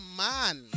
man